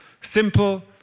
simple